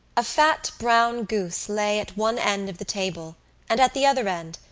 a fat brown goose lay at one end of the table and at the other end,